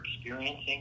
experiencing